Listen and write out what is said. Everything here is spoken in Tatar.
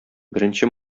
беренче